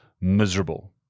miserable